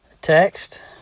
text